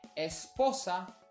Esposa